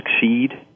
succeed